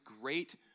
great